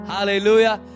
Hallelujah